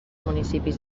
municipis